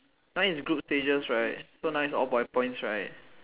that one is group pages right so now is all by points right